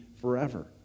forever